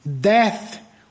Death